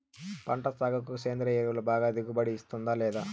పంట సాగుకు సేంద్రియ ఎరువు బాగా దిగుబడి ఇస్తుందా లేదా